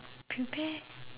prepare